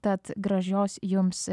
tad gražios jums